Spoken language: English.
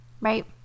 right